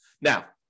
Now